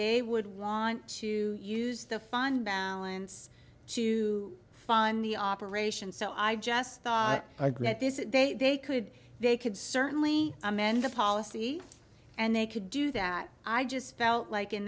they would want to use the funds to fund the operation so i just thought i get this they they could they could certainly amend the policy and they could do that i just felt like in